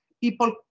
people